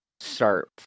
start